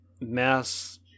mass